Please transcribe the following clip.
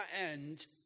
end